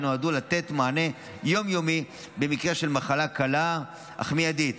שנועדו לתת מענה יום-יומי במקרה של מחלה קלה אך מיידית,